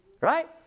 right